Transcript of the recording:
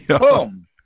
boom